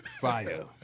Fire